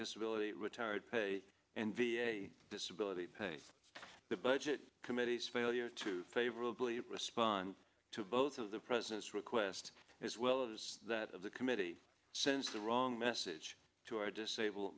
disability retired pay and v a disability pay the budget committees failure to favorably respond to both of the president's request as well as that of the committee sends the wrong message to our disabled